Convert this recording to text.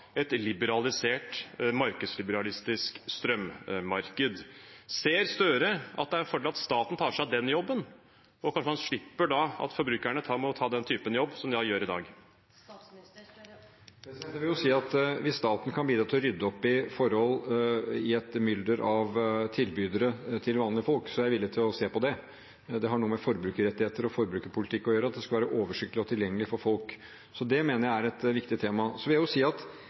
et liberalisert, markedsliberalistisk strømmarked. Ser Gahr Støre at det er en fordel at staten tar seg av den jobben, og at man da kanskje slipper at forbrukerne må ta den typen jobb som de gjør i dag? Jeg vil si at hvis staten kan bidra til å rydde opp i forhold i et mylder av tilbydere til vanlige folk, er jeg villig til å se på det. Det har noe med forbrukerrettigheter og forbrukerpolitikk å gjøre at det skal være oversiktlig og tilgjengelig for folk, så det mener jeg er et viktig tema. Så vi jeg si at